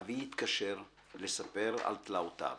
/ אבי התקשר / לספר על תלאותיו.